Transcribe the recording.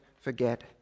forget